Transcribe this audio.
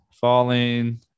falling